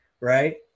right